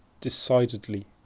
decidedly